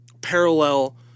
parallel